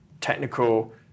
technical